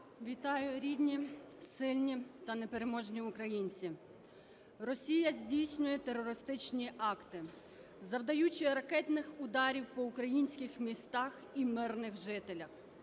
Вітаю рідні, сильні та непереможні українці! Росія здійснює терористичні акти, завдаючи ракетних ударів по українських містах і мирних жителях.